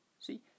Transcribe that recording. See